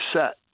set